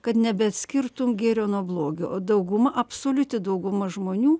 kad nebeatskirtum gėrio nuo blogio o dauguma absoliuti dauguma žmonių